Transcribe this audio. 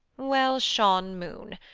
well shone, moon.